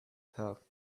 thought